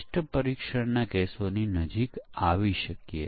અને પરીક્ષણ બંધ કરવાનું માપદંડ શું છે